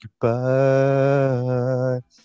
goodbye